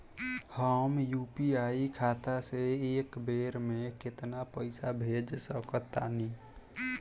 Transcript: हम यू.पी.आई खाता से एक बेर म केतना पइसा भेज सकऽ तानि?